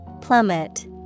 plummet